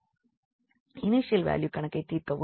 initial value கணக்கை தீர்க்கவும்